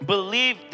Believe